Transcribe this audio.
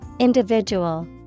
Individual